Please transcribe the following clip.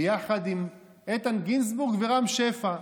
ביחד עם איתן גינזבורג ורם שפע,